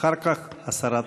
אחר כך השרה תשיב.